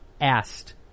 asked